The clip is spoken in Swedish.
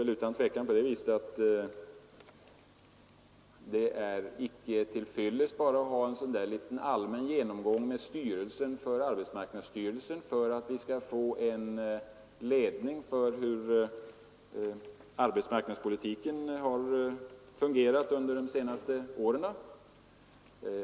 Vidare är det utan tvivel icke till fyllest att bara ha en liten allmän genomgång med ledningen för arbetsmarknadsstyrelsen för att vi skall få en uppfattning om hur arbetsmarknadspolitiken har fungerat under de senaste åren.